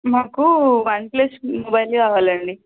నాకు OnePlus mobile కావాలి అండి